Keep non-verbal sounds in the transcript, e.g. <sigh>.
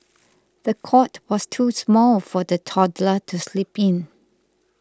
<noise> the cot was too small for the toddler to sleep in